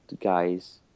guys